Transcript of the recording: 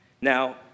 Now